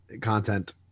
content